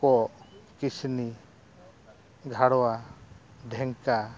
ᱠᱚᱸᱜ ᱠᱤᱥᱱᱤ ᱜᱷᱮᱣᱲᱟ ᱰᱷᱮᱝᱠᱟ